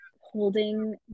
holding